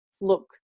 look